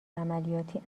عملیاتی